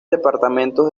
departamentos